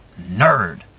nerd